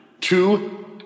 Two